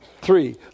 three